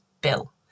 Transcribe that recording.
Bill